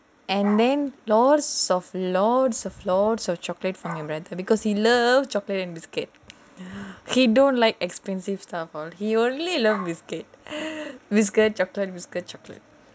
and then lots of soft lots of lots of chocolate for my brother because he love chocolate biscuits he don't like expensive stuff he only love biscuit this good chocolate this good chocolate